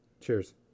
Cheers